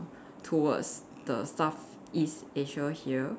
towards the Southeast Asia here